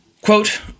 Quote